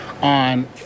on